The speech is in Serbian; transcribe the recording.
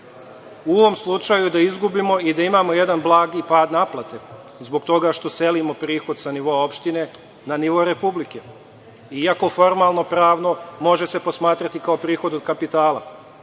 u ovom slučaju da izgubimo i da imamo jedan blagi pad naplate zbog toga što selimo prihod sa nivoa opštine na nivo Republike? Iako formalno-pravno može se posmatrati kao prihod od kapitala,